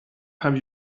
have